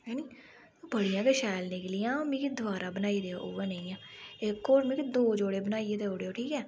हैनी बड़ियां गै शैल निकलियां मिगी दबारा बनाई देओ उ'यै नेहियां इक होर मिगी दो जोड़े बनाइयै देई ओड़ेओ ठीक ऐ